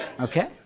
Okay